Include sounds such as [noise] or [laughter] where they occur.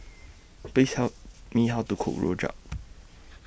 Please help Me How to Cook Rojak [noise]